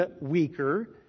weaker